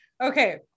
Okay